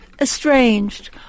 estranged